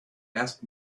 asked